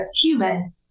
human